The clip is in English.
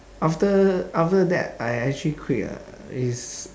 after after that I actually quit ah is